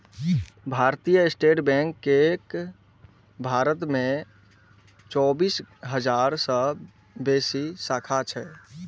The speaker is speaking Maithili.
भारतीय स्टेट बैंक केर भारत मे चौबीस हजार सं बेसी शाखा छै